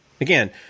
Again